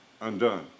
undone